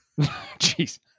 Jeez